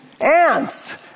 ants